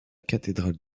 cathédrale